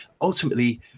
ultimately